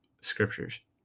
scriptures